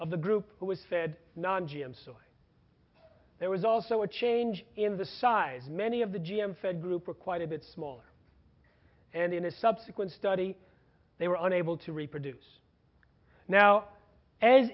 of the group who was fed not g m so there was also a change in the size many of the g m fed group were quite a bit smaller and in a subsequent study they were unable to reproduce now as